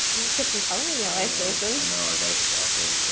need to get some color in your life jason. i know, i gotta sparkle and shine.